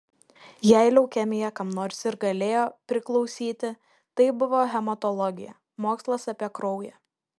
jei leukemija kam nors ir galėjo priklausyti tai buvo hematologija mokslas apie kraują